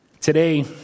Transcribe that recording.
Today